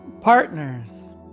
partners